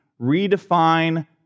redefine